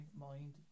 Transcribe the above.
mind